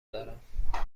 دارم